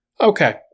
Okay